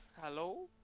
Hello